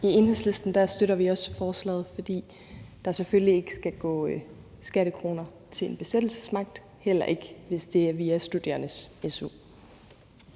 I Enhedslisten støtter vi også forslaget, fordi der selvfølgelig ikke skal gå skattekroner til en besættelsesmagt, heller ikke hvis det er via studerendes su.